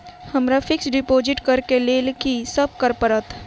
हमरा fix deposit करऽ केँ लेल की सब करऽ पड़त?